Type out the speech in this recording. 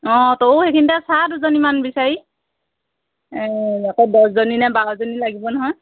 অঁ তয়ো সেইখিনিতে চা দুজনীমান বিচাৰি এই আকৌ দহজনী নে বাৰজনী লাগিব নহয়